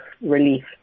relief